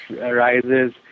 arises